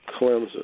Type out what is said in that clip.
Clemson